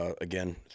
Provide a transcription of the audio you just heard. Again